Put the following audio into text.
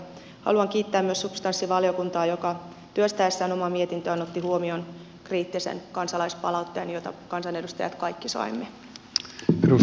haluan kiittää myös substanssivaliokuntaa joka työstäessään omaa mietintöään otti huomioon kriittisen kansalaispalautteen jota me kaikki kansanedustajat saimme